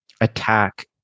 attack